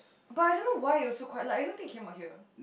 but I don't know why you also quite like I don't take him or here